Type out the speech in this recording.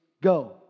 go